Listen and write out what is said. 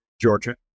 Georgia